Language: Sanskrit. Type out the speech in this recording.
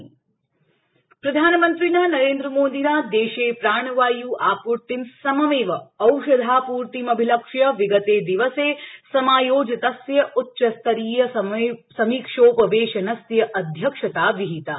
प्रधानमंत्री उपवेशन प्रधानमन्त्रिणा नरेन्द्रमोदिना देशे प्राणवायु आपूर्तिम् सममेव औषधापूर्तिमभिलक्ष्य विगते दिवसे समायोजितस्य उच्चस्तरीय समीक्षोपवेशनस्य अध्यक्षता विहिता